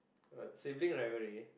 alright sibling rivalry